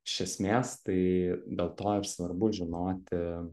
iš esmės tai dėl to ir svarbu žinoti